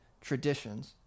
traditions